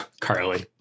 Carly